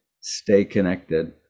stay-connected